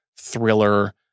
thriller